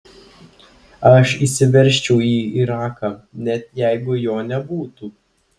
aš įsiveržčiau į iraką net jeigu jo nebūtų